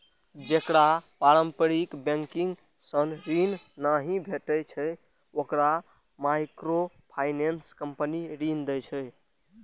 जेकरा पारंपरिक बैंकिंग सं ऋण नहि भेटै छै, ओकरा माइक्रोफाइनेंस कंपनी ऋण दै छै